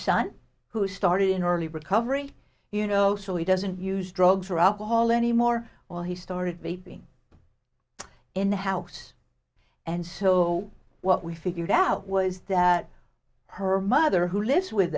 son who started in early recovery you know so he doesn't use drugs or alcohol anymore or he started beeping in the house and so what we figured out was that her mother who lives with